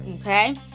Okay